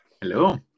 hello